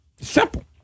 Simple